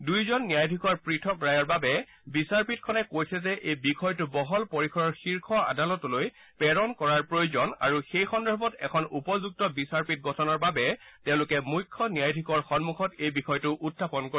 দুয়োজন ন্যায়াধীশৰ পৃথক ৰায়ৰ বাবে বিচাৰপীঠখনে কৈছে যে এই বিষয়টো বহল পৰিসৰৰ শীৰ্ষ আদালতলৈ প্ৰেৰণ কৰাৰ প্ৰয়োজন আৰু সেই সন্দৰ্ভত এখন উপযুক্ত বিচাৰপীঠ গঠনৰ বাবে তেওঁলোকে মুখ্য ন্যায়াধীশৰ সন্মুখত এই বিষয়টো উখাপন কৰিব